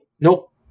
Nope